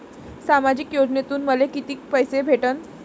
सामाजिक योजनेतून मले कितीक पैसे भेटन?